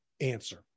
answer